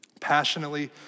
passionately